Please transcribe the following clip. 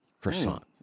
croissant